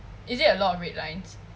is it a lot of red lines